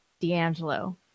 D'Angelo